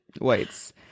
whites